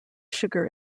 sugar